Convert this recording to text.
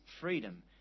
freedom